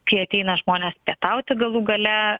kai ateina žmonės pietauti galų gale